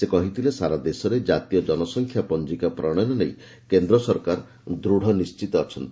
ସେ କହିଥିଲେ ସାରା ଦେଶରେ ଜାତୀୟ ଜନସଂଖ୍ୟା ପଞ୍ଜିକା ପ୍ରଶୟନ ନେଇ କେନ୍ଦ୍ର ସରକାର ଦୃଢ଼ ନିଶ୍ଚିତ ଅଛନ୍ତି